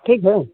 ठीक है